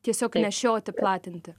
tiesiog nešioti platinti